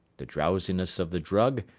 the drowsiness of the drug,